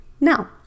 Now